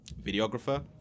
videographer